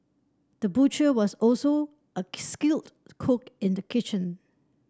the butcher was also a skilled cook in the kitchen